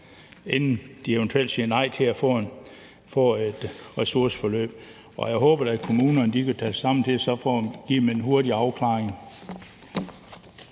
inden de eventuelt siger nej til at få et ressourceforløb. Jeg håber da, at kommunerne kan tage sig sammen til så at få givet dem en hurtig afklaring.